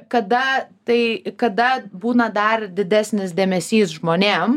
kada tai kada būna dar didesnis dėmesys žmonėm